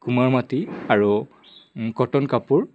কুমাৰ মাটি আৰু কটন কাপোৰ